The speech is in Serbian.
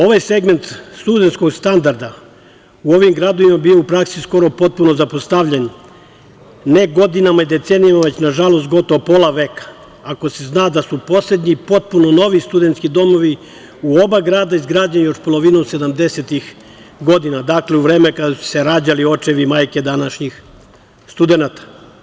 Ovaj segment studenskog standarda u ovim gradovima bio je u praksi skoro potpuno zapostavljen, ne godinama i decenijama, već nažalost, gotovo pola veka, ako se zna da su poslednji potpuno novi studenski domovi u oba grada izgrađeni još polovinom 70-ih godina, dakle, u vreme kada su se rađali očevi i majke današnjih studenata.